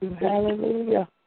Hallelujah